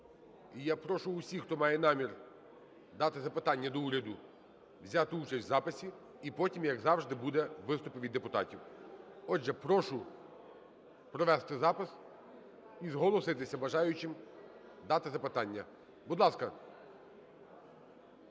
я прошу всіх, хто має намір дати запитання до уряду, взяти участь в записі. І потім, як завжди, будуть виступи від депутатів. Отже, прошу провести запис і зголоситися бажаючим дати запитання. Будь ласка.